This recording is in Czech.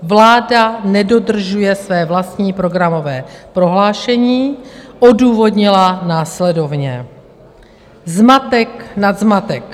Vláda nedodržuje své vlastní programové prohlášení odůvodnila následovně: zmatek nad zmatek.